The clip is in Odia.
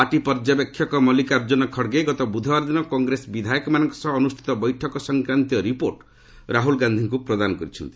ପାର୍ଟି ପର୍ଯ୍ୟବେକ୍ଷକ ମଲ୍ଲିକାର୍ଜୁନ ଖଡ଼ଗେ ଗତ ବୁଧବାର ଦିନ କଂଗ୍ରେସ ବିଧାୟକମାନଙ୍କ ସହ ଅନୁଷ୍ଠିତ ବୈଠକ ସଂକ୍ରାନ୍ତୀୟ ରିପୋର୍ଟ ରାହୁଳ ଗାନ୍ଧିଙ୍କୁ ପ୍ରଦାନ କରିଛନ୍ତି